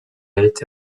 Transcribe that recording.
été